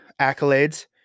Accolades